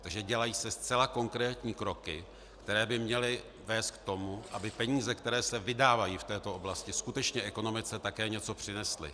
Takže se dělají zcela konkrétní kroky, které by měly vést k tomu, aby peníze, které se vydávají v této oblasti, skutečně ekonomice také něco přinesly.